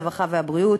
הרווחה והבריאות,